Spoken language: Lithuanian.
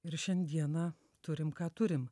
ir šiandieną turim ką turim